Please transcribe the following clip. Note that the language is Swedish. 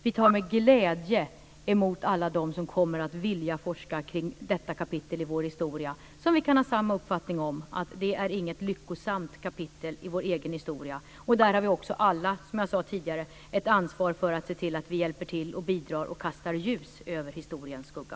Vi tar med glädje emot alla dem som vill forska om detta kapitel i vår historia, som vi har samma uppfattning om, att det inte var något lyckosamt kapitel. Där har också alla - som jag sade tidigare - ett ansvar för att se till att vi hjälper till och bidrar till att kasta ljus över historiens skugga.